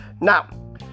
Now